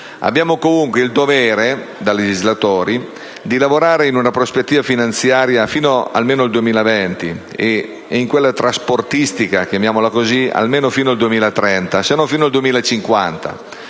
abbiamo comunque il dovere, in quanto legislatori, di lavorare in una prospettiva finanziaria fino al 2020 e in quella trasportistica almeno fino al 2030, se non fino al 2050,